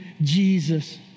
Jesus